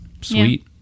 sweet